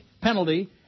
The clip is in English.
penalty